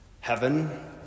heaven